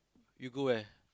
you go where